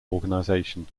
organization